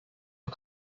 uma